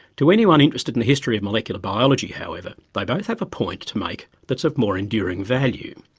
to anyone interested in the history of molecular biology however they both have a point to make that's of more enduring value.